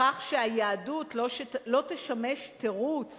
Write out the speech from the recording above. לכך שהיהדות לא תשמש תירוץ